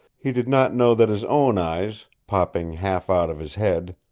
he did not know that his own eyes, popping half out of his head,